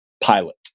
pilot